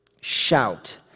Shout